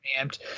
amped